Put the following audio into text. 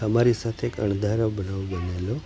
અમારી સાથે એક અણધાર્યો બનાવ બનેલો